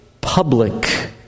public